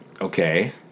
okay